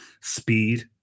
speed